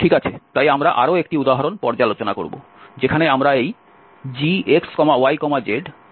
ঠিক আছে তাই আমরা আরও একটি উদাহরণ পর্যালোচনা করব যেখানে আমরা এই gxyzxyz কে সমাকলন করব